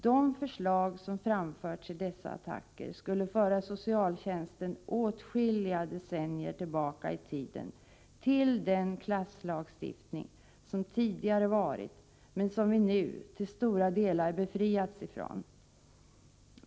De förslag som framförts i dessa attacker skulle föra socialtjänsten åtskilliga decennier tillbaka i tiden till den klasslagstiftning, som tidigare varit, men som vi nu till stora delar befriats från.